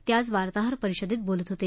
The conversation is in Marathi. ते आज वार्ताहर परिषदेत बोलत होते